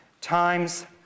times